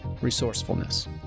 Resourcefulness